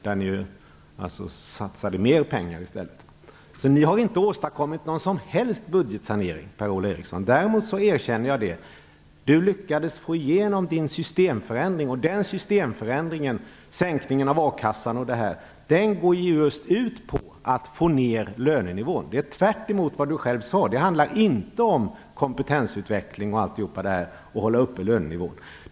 Där satsade ni i stället mer pengar. Ni har inte åstadkommit någon som helst budgetsanering, Per-Ola Eriksson. Däremot erkänner jag att ni lyckades få igenom er systemförändring. Den systemförändringen, sänkningen av a-kassan osv., går just ut på att få ner lönenivån. Det är tvärt emot vad Per-Ola Eriksson själv sade. Det handlar inte om kompetensutveckling och att hålla uppe lönenivån.